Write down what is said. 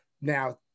now